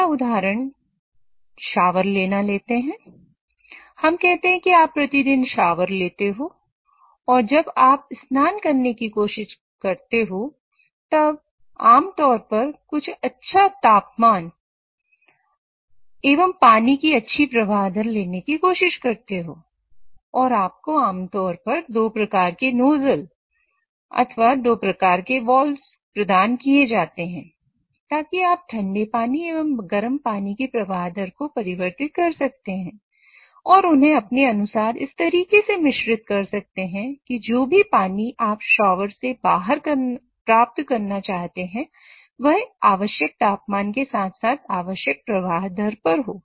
पहला उदाहरण शावर से बाहर प्राप्त करना चाहते हैं वह आवश्यक तापमान के साथ साथ आवश्यक प्रवाह दर पर हो